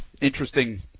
interesting